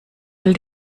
will